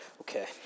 Okay